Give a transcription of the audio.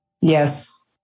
Yes